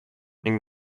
ning